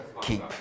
keep